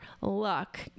luck